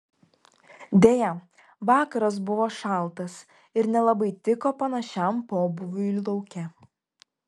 deja vakaras buvo šaltas ir nelabai tiko panašiam pobūviui lauke